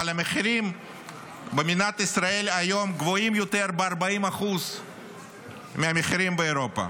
אבל המחירים במדינת ישראל היום גבוהים יותר ב-40% מהמחירים באירופה,